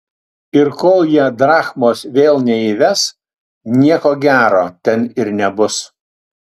ir kol jie drachmos vėl neįves nieko gero ten ir nebus